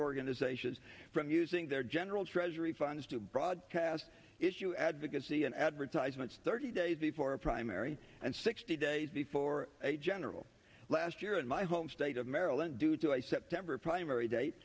organizations from using their general treasury funds to broadcast issue advocacy and advertisements thirty days before a primary and sixty days before a general last year in my home state of maryland due to a september primary date